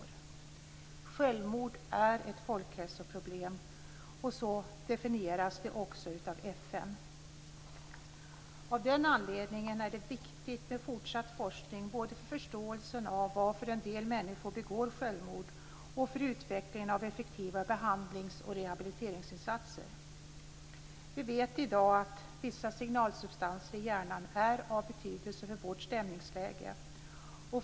Självmord är ett folkhälsoproblem, som det också definieras av FN. Av den anledningen är det viktigt med fortsatt forskning både för förståelsen av varför en del människor begår självmord och för utvecklingen av effektiva behandlings och rehabiliteringsinsatser. Vi vet i dag att vissa signalsubstanser i hjärnan är av betydelse för vårt stämningsläge.